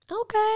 Okay